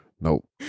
Nope